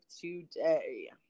today